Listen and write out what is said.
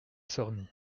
sorny